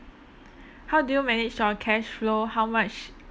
how do you manage your cash flow how much